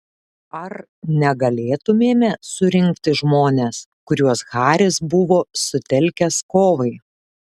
ar negalėtumėme surinkti žmones kuriuos haris buvo sutelkęs kovai